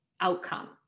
outcome